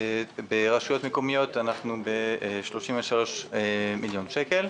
ברשויות מקומיות אנחנו ב-33 מיליון שקל.